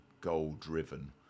goal-driven